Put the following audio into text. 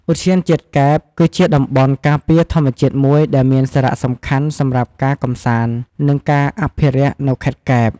ឧទ្យានជាតិកែប គឺជាតំបន់ការពារធម្មជាតិមួយដែលមានសារៈសំខាន់សម្រាប់ការកម្សាន្ត និងការអភិរក្សនៅខេត្តកែប។